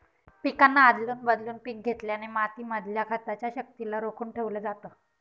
पिकांना आदलून बदलून पिक घेतल्याने माती मधल्या खताच्या शक्तिला रोखून ठेवलं जातं